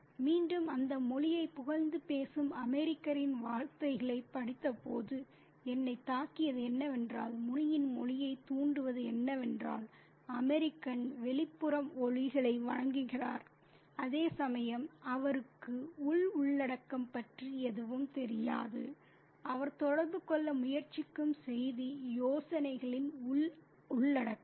மீண்டும் அந்த மொழியைப் புகழ்ந்து பேசும் அமெரிக்கரின் வார்த்தைகளைப் படித்தபோது என்னைத் தாக்கியது என்னவென்றால் முனியின் மொழியைத் தூண்டுவது என்னவென்றால் அமெரிக்கன் வெளிப்புற ஒலிகளை வணங்குகிறார் அதேசமயம் அவருக்கு உள் உள்ளடக்கம் பற்றி எதுவும் தெரியாது அவர் தொடர்பு கொள்ள முயற்சிக்கும் செய்தி யோசனைகளின் உள் உள்ளடக்கம்